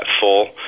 full